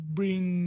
bring